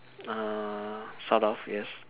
uh sort of yes